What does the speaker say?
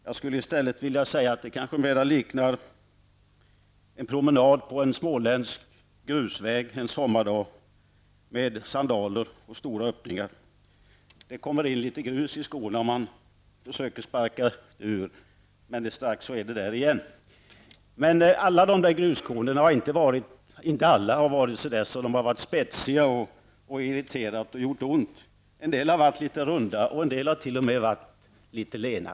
Jag skulle i stället vilja säga att Viola Claesson mer är som en promenad på en småländsk grusväg en sommardag, med sandaler med stora öppningar. Det kommer in litet grus i skorna, och man försöker sparka ut det, men strax är det där igen. Alla gruskorn har emellertid inte varit spetsiga och irriterat och gjort ont. En del har varit litet runda, och en del har t.o.m. varit litet lena.